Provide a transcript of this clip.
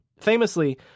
Famously